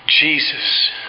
Jesus